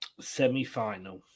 semi-final